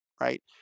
right